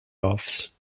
offs